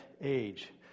age